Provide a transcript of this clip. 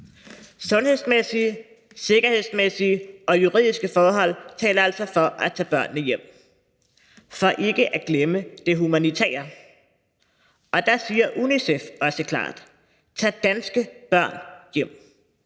Sundhedsmæssige, sikkerhedsmæssige og juridiske forhold taler altså for at tage børnene hjem – for ikke at glemme det humanitære. Der siger UNICEF også klart: Tag danske børn hjem.